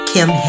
Kim